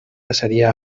pasaría